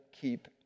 keep